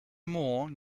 more